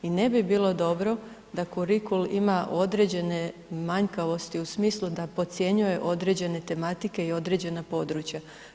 I ne bi bilo dobro da kurikul ima određene manjkavosti u smislu da podcjenjuje određene tematike i određena područja.